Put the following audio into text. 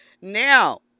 Now